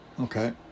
okay